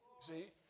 See